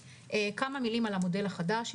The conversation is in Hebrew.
כמה מילים על המודל החדש.